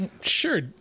sure